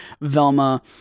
Velma